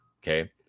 Okay